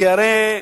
שהרי,